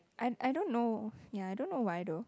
I I don't know ya I don't know why though